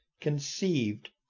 conceived